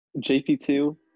JP2